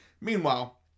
Meanwhile